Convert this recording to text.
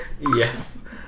Yes